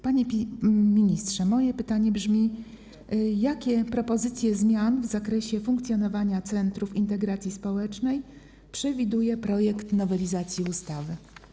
Panie ministrze, moje pytanie brzmi: Jakie propozycje zmian w zakresie funkcjonowania centrów integracji społecznej przewiduje projekt nowelizacji ustawy?